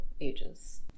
ages